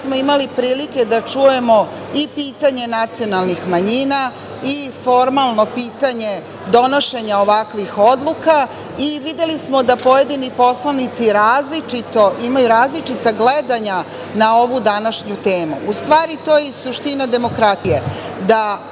smo imali prilike da čujemo i pitanje nacionalnih manjina i formalno pitanje donošenja ovakvih odluka i videli smo da pojedini poslanici imaju različita gledanja na ovu današnju temu. U stvari, to je i suština demokratije,